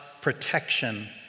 protection